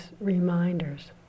reminders